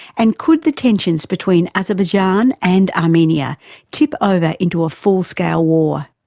and could the tensions between azerbaijan and armenia tip over into a full scale war?